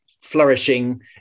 flourishing